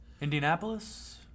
Indianapolis